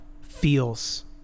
feels